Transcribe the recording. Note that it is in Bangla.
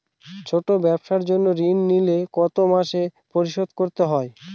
ছোট ব্যবসার জন্য ঋণ নিলে কত মাসে পরিশোধ করতে হয়?